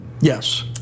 Yes